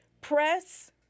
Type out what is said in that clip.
Press